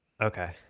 Okay